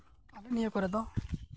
ᱟᱵᱚ ᱱᱤᱭᱟᱹ ᱠᱚᱨᱮ ᱫᱚ